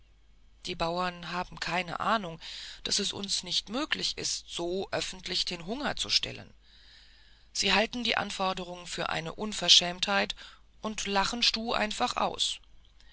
die bauern haben keine ahnung daß es uns nicht möglich ist so öffentlich den hunger zu stillen sie halten die anforderung für eine unverschämtheit und lachen stuh einfach aus